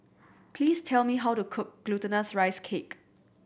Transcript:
please tell me how to cook Glutinous Rice Cake